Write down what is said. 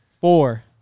Four